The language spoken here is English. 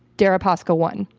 deripaska won.